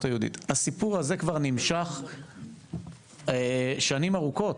היהודית - הסיפור הזה כבר נמשך שנים ארוכות,